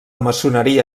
maçoneria